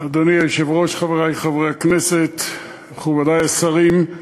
אדוני היושב-ראש, חברי חברי הכנסת, מכובדי השרים,